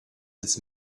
it’s